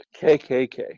KKK